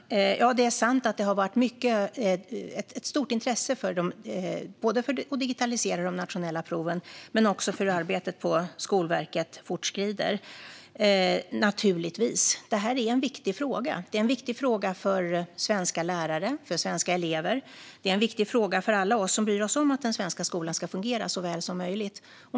Fru talman! Det är sant att det har varit ett stort intresse både för att digitalisera de nationella proven och för hur arbetet på Skolverket fortskrider. Naturligtvis är det så; det här är en viktig fråga. Det är en viktig fråga för svenska lärare och för svenska elever liksom för alla oss som bryr oss om att den svenska skolan ska fungera så väl som möjligt.